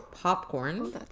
popcorn